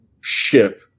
ship